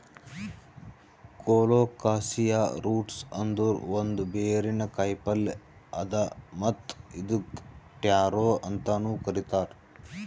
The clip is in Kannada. ಕೊಲೊಕಾಸಿಯಾ ರೂಟ್ಸ್ ಅಂದುರ್ ಒಂದ್ ಬೇರಿನ ಕಾಯಿಪಲ್ಯ್ ಅದಾ ಮತ್ತ್ ಇದುಕ್ ಟ್ಯಾರೋ ಅಂತನು ಕರಿತಾರ್